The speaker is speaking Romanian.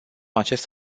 acest